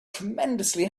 tremendously